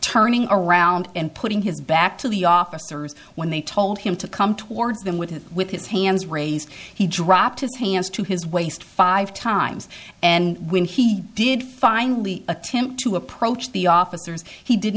turning around and putting his back to the officers when they told him to come towards them with his with his hands raised he dropped his hands to his waist five times and when he did finally attempt to approach the officers he did